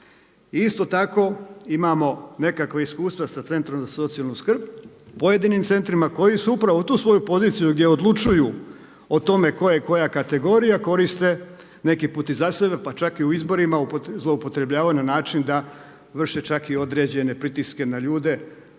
I isto tako imamo nekakva iskustva sa centrom za socijalnu skrb, pojedinim centrima koji su upravu u tu svoju poziciju gdje odlučuju o tome tko je koja kategorija koriste neki put i za sebe pa čak i u izborima zloupotrebljavaju na način da vrše čak i određene pritiske na ljude pogotovo oni